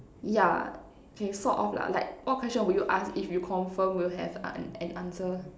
yeah K sort of lah like what question will you ask if you confirm will have uh an answer